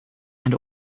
and